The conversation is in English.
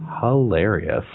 hilarious